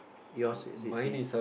yours is it face